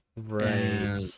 Right